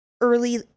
early